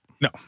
No